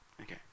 Okay